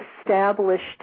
established